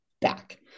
back